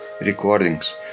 recordings